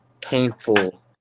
painful